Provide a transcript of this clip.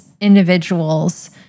individuals